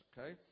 okay